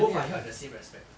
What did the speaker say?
both are held in the same respect